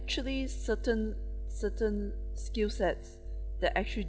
actually certain certain skill sets that actually